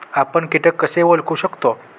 आपण कीटक कसे ओळखू शकतो?